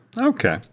okay